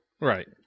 Right